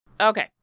Okay